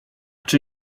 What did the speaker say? czy